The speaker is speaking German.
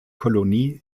kolonie